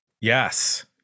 yes